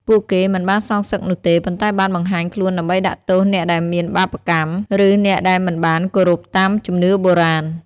ពួកគេមិនបានសងសឹកនោះទេ ប៉ុន្តែបានបង្ហាញខ្លួនដើម្បីដាក់ទោសអ្នកដែលមានបាបកម្ម ឬអ្នកដែលមិនបានគោរពតាមជំនឿបុរាណ។